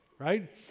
right